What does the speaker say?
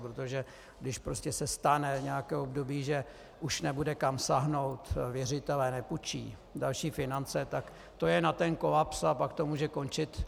Protože když se stane v nějakém období, že už nebude kam sáhnout, věřitelé nepůjčí další finance, tak to je na ten kolaps, a pak to může končit.